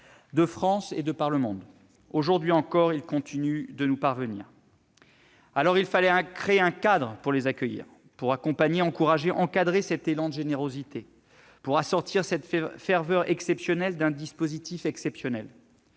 de France et de par le monde. Aujourd'hui encore, ils continuent de nous parvenir. Il fallait créer un cadre pour les accueillir, pour accompagner, encourager, encadrer cet élan de générosité, pour assortir cette ferveur exceptionnelle d'un dispositif exceptionnel.